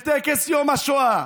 בטקס יום השואה,